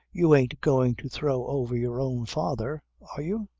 you ain't going to throw over your own father are you?